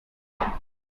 poco